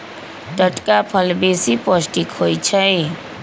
टटका फल बेशी पौष्टिक होइ छइ